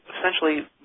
Essentially